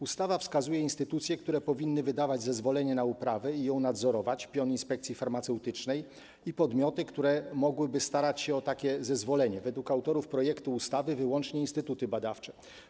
Ustawa wskazuje instytucje, które powinny wydawać zezwolenia na uprawę i ją nadzorować, pion inspekcji farmaceutycznej i podmioty, które mogłyby starać się o takie zezwolenie, według autorów projektu ustawy wyłącznie instytuty badawcze.